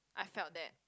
I felt that